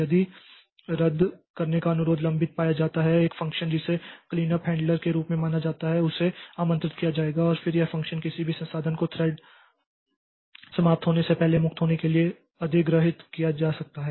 यदि रद्द करने का अनुरोध लंबित पाया जाता है एक फ़ंक्शन जिसे क्लीनअप हैंडलर के रूप में जाना जाता है उसे आमंत्रित किया जाता है और फिर यह फ़ंक्शन किसी भी संसाधन को थ्रेड समाप्त होने से पहले मुक्त होने के लिए अधिग्रहीत किया जा सकता है